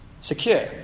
secure